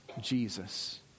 Jesus